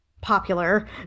popular